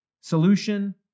Solution